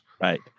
Right